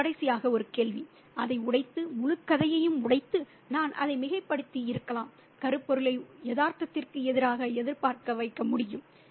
கடைசியாக ஒரு கேள்வி அதை உடைத்து முழு கதையையும் உடைத்து நான் அதை மிகைப்படுத்தி இருக்கலாம் கருப்பொருளை யதார்த்தத்திற்கு எதிராக எதிர்பார்ப்பாக வைக்க முடியுமா